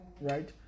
right